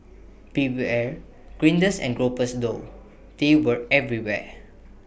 beware grinders and gropers though they were everywhere